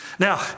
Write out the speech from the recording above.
Now